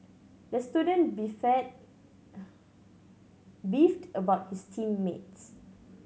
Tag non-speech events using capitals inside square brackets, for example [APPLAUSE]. the student [UNINTELLIGIBLE] beefed about his team mates